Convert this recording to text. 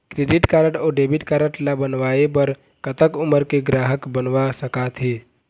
Credit card अऊ debit card ला बनवाए बर कतक उमर के ग्राहक बनवा सका थे?